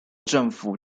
政府